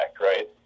right